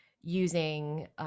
using